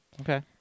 Okay